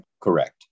Correct